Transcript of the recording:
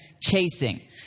chasing